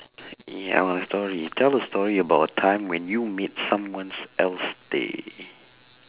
ya a story tell a story about a time when you made someone's else day